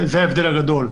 זה ההבדל הגדול.